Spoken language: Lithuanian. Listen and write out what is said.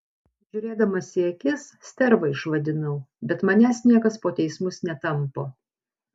žiūrėdamas į akis sterva išvadinau bet manęs niekas po teismus netampo